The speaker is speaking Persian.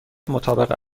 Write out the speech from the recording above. مطابق